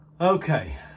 okay